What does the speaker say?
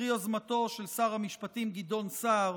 פרי יוזמתו של שר המשפטים גדעון סער,